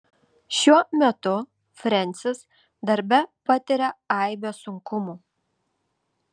šiuo metu frensis darbe patiria aibę sunkumų